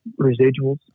residuals